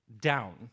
down